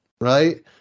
right